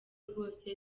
rwose